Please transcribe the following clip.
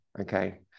Okay